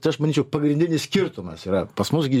čia aš manyčiau pagrindinis skirtumas yra pas mus gi